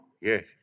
Yes